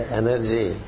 energy